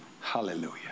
hallelujah